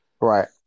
Right